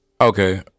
Okay